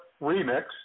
remix